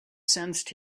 sensed